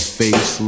face